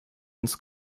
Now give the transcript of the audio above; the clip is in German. ins